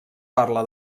parla